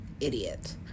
idiot